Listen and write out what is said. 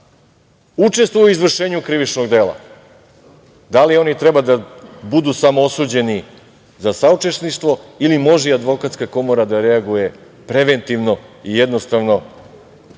učestvuju u izvršenju krivičnog dela, da li oni treba da budu samo osuđeni za saučesništvo ili može i Advokatska komora da reaguje preventivno i jednostavno,